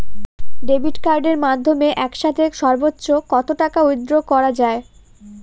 Debit কার্ডের মাধ্যমে একসাথে সর্ব্বোচ্চ কত টাকা উইথড্র করা য়ায়?